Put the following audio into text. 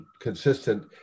consistent